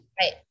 right